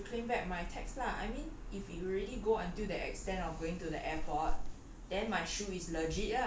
went to the airport and then like manage to claim back my tax lah I mean if you already go until the extent of going to the airport